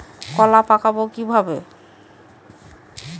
কলা পাকাবো কিভাবে?